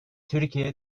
türkiye